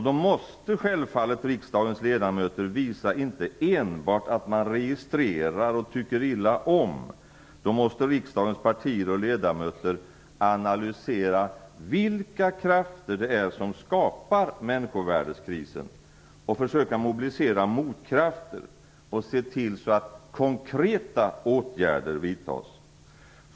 Då måste självfallet riksdagens ledamöter visa inte enbart att man registrerar och tycker illa om, utan då måste också riksdagens partier och ledamöter analysera vilka krafter det är som skapar människovärdeskrisen och försöka mobilisera motkrafter och se till så att konkreta åtgärder vidtas.